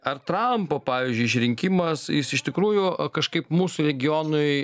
ar trampo pavyzdžiui išrinkimas jis iš tikrųjų kažkaip mūsų regionui